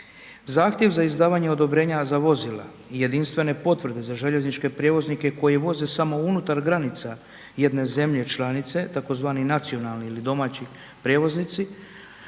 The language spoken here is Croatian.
Zahtjev za izdavanje odobrenja za vozila i jedinstvene potvrde za željezničke prijevoznike koji voze samo unutar granica jedne zemlje članice, tzv. nacionalni ili domaći prijevoznici,